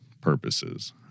purposes